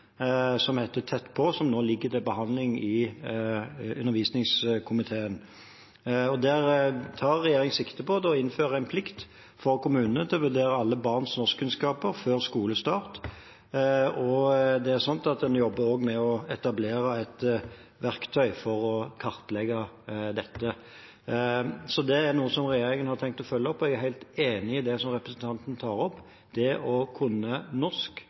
som heter Tett på, som nå ligger til behandling i utdannings- og forskningskomiteen. Regjeringen tar der sikte på å innføre en plikt for kommunene til å vurdere alle barns norskkunnskaper før skolestart. En jobber også med å etablere et verktøy for å kartlegge dette. Så det er noe regjeringen har tenkt å følge opp. Jeg er helt enig i det som representanten tar opp: Det å kunne norsk,